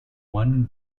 one